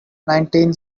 nineteen